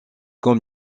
comme